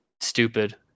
stupid